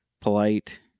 Polite